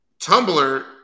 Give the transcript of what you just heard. Tumblr